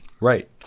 Right